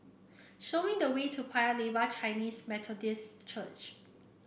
show me the way to Paya Lebar Chinese Methodist Church